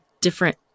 different